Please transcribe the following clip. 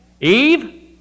Eve